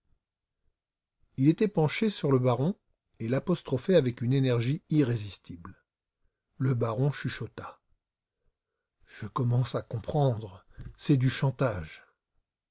il était penché sur le baron et l'apostrophait avec une énergie irrésistible le baron chuchota je commence à comprendre c'est du chantage